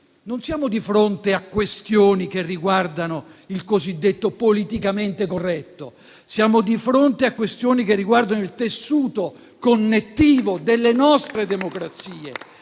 Non siamo di fronte a questioni che riguardano il cosiddetto politicamente corretto. Siamo di fronte a questioni che riguardano il tessuto connettivo delle nostre democrazie.